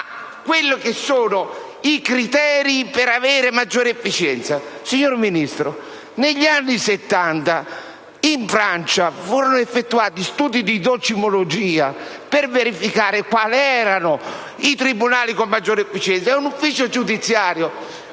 fatto riferimento ai criteri per ottenere maggiore efficienza. Signora Ministro, negli anni Settanta in Francia furono effettuati studi di docimologia per verificare quali erano i tribunali con maggiore efficienza. Un ufficio giudiziario